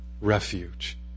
refuge